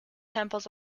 temples